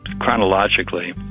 chronologically